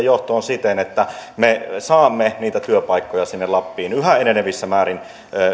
johtoon siten että me saamme niitä työpaikkoja lappiin yhä enenevissä määrin